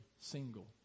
single